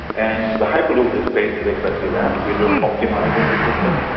and the hyperloop is basically exactly that. we are just optimising the system,